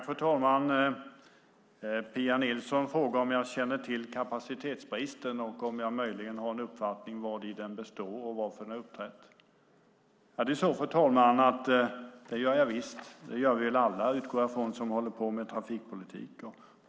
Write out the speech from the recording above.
Fru talman! Pia Nilsson frågar om jag känner till kapacitetsbristen och om jag möjligen har en uppfattning om vad den består av och varför den har uppträtt. Det gör jag visst, och det gör vi väl alla som håller på med trafikpolitik.